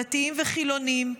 דתיים וחילונים,